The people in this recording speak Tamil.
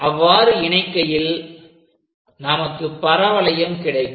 அவ்வாறு இணைக்கையில் நமக்கு பரவளையம் கிடைக்கும்